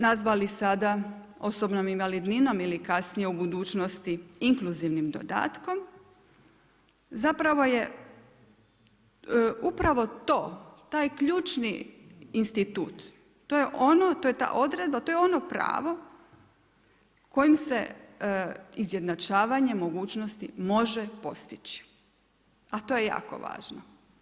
Nazvali sada osobnom invalidninom ili kasnije u budućnosti inkluzivnim dodatkom zapravo je upravo to, taj ključni institut, to je ono, to je ta odredba, to je ono pravo kojim se izjednačavanje mogućnosti može postići a to je jako važno.